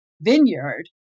vineyard